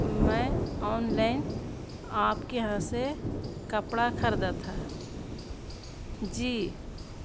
میں آنلائن آپ کے یہاں سے کپڑا خریدا تھا جی